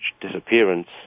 disappearance